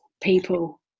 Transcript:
people